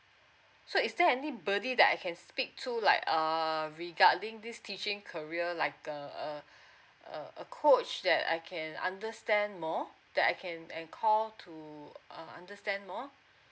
so is there anybody that I can speak to like um regarding this teaching career like a a a a coach that I can understand more that I can and call to uh understand more